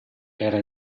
era